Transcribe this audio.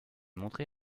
montré